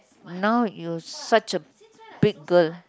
now you such a big girl